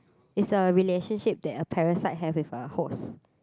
is a relationship that a parasite has with a host